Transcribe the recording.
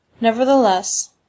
Nevertheless